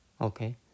Okay